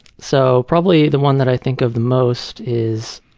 so probably the one that i think of the most is,